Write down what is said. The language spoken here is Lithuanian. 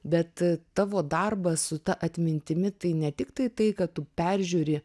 bet tavo darbas su ta atmintimi tai ne tiktai tai kad tu peržiūri